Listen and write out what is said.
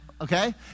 okay